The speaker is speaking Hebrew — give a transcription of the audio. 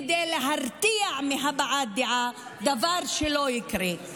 כדי להרתיע מהבעת דעה, דבר שלא יקרה.